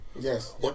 Yes